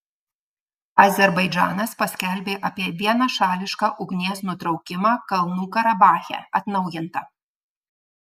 azerbaidžanas paskelbė apie vienašališką ugnies nutraukimą kalnų karabache atnaujinta